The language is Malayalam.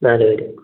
നാല് പേർ